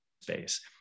space